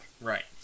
right